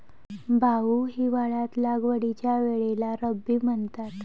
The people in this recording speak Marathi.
भाऊ, हिवाळ्यात लागवडीच्या वेळेला रब्बी म्हणतात